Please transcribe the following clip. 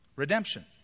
Redemption